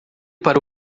para